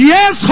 Yes